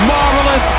Marvelous